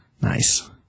Nice